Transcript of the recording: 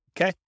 Okay